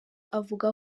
avuga